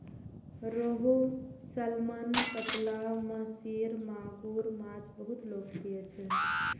रोहू, सालमन, कतला, महसीर, मांगुर माछ बहुत लोकप्रिय छै